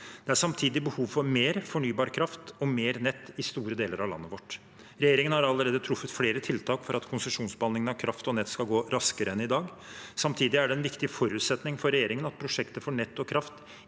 Det er samtidig behov for mer fornybar kraft og mer nett i store deler av landet vårt. Regjeringen har allerede truffet flere tiltak for at konsesjonsbehandlingen av kraft og nett skal gå raskere enn i dag. Samtidig er det en viktig forutsetning for regjeringen at prosjektet for nett og kraft